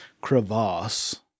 crevasse